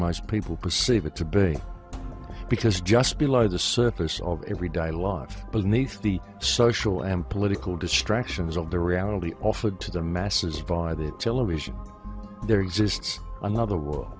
most people perceive it to be because just below the surface of everyday live beneath the social and political distractions of the reality offered to the masses by the television there exists another